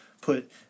put